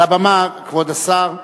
על הבמה, כבוד השר.